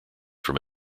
from